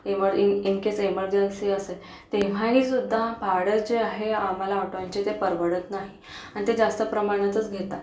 इमर in case emergency असेल तेव्हाहीसुद्धा भाडं जे आहे आम्हाला ऑटोंचे ते परवडत नाही आणि ते जास्त प्रमाणातच घेतात